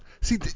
see